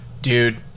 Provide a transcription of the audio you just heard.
Dude